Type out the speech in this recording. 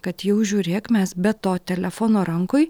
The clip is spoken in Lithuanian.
kad jau žiūrėk mes be to telefono rankoj